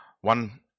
One